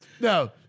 No